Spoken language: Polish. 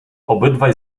obydwaj